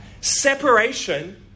Separation